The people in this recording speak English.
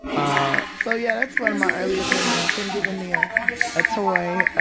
ah so yeah, that's one of my earliest memories. him giving me a ah toy.